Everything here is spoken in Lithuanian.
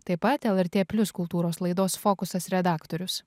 taip pat lrt plius kultūros laidos fokusas redaktorius